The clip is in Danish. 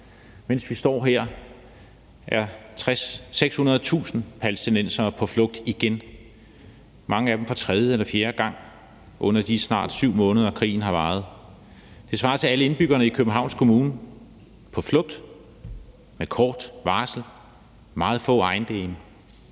Mens vi står her, er 600.000 palæstinensere på flugt igen, mange af dem for tredje eller fjerde gang under de snart 7 måneder, krigen har varet. Det svarer til, at alle indbyggerne i Københavns Kommune er på flugt med kort varsel og med meget få ejendele.